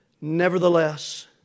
nevertheless